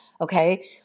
Okay